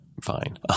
fine